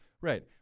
right